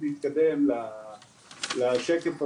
אם נתקדם לשקף הבא.